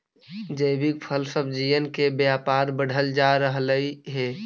जैविक फल सब्जियन के व्यापार बढ़ल जा रहलई हे